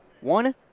One